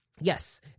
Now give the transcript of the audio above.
Yes